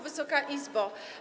Wysoka Izbo!